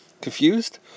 Confused